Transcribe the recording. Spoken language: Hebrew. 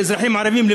כאזרחים ערבים,